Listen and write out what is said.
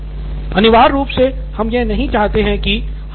नितिन कुरियन अनिवार्य रूप से हम यह नहीं चाहते हैं की